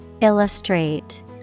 Illustrate